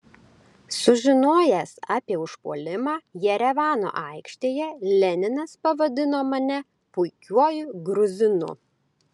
sužinojęs apie užpuolimą jerevano aikštėje leninas pavadino mane puikiuoju gruzinu